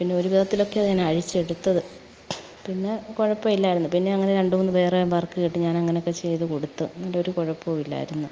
പിന്നെ ഒരു വിധത്തിലൊക്കെ അതു ഞാൻ അഴിച്ചെടുത്തത് പിന്നെ കുഴപ്പമില്ലായിരുന്നു പിന്നെ അങ്ങനെ രണ്ടു മൂന്ന് വേറെ വർക്ക് കിട്ടി ഞാൻ അങ്ങനെയൊക്കെ ചെയ്തു കൊടുത്തു അന്നേരം ഒരു കുഴപ്പമില്ലായി